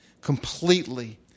completely